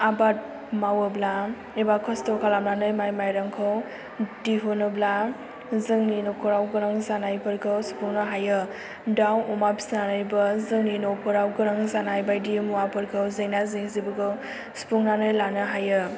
आबाद मावोब्ला एबा खस्थ' खालामनानै माइ माइरंखौ दिहुनोब्ला जोंनि न'खराव गोनां जानायफोरखौ सुफुंनो हायो दाव अमा फिनानैबो जोंनि न'खराव गोनां जानाय बायदि मुवाफोरखौ जेंना जेंसिफोरखौ सुफुंनानै लानो हायो